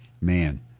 man